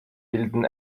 bilden